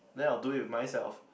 then I will do it with myself